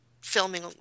filming